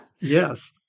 Yes